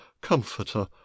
comforter